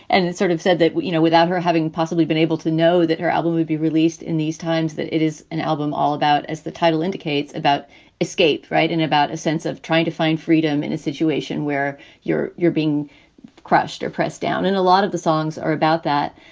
and it sort of said that, you know, without her having possibly been able to know that her album would be released in these times, that it is an album all about, as the title indicates, about escape. right. in about a sense of trying to find freedom in a situation where you're you're being crushed or press down in. a lot of the songs are about that.